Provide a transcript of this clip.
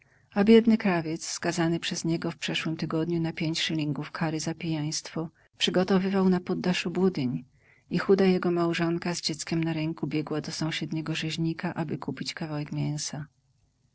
a biedny krawiec skazany przez niego w przeszłym tygodniu na pięć szylingów kary za pijaństwo przygotowywał na poddaszu budyń i chuda jego małżonka z dzieckiem na ręku biegła do sąsiedniego rzeźnika aby kupić kawałek mięsa